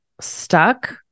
stuck